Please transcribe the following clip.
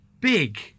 big